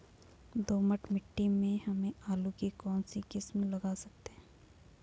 दोमट मिट्टी में हम आलू की कौन सी किस्म लगा सकते हैं?